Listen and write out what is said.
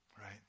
Right